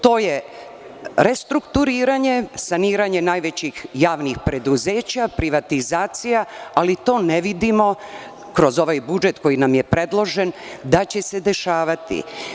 To je restrukturiranje, saniranje najvećih javnih preduzeća, privatizacija, ali to ne vidimo kroz ovaj budžet koji nam je predložen, da će se dešavati.